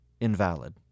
invalid